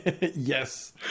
yes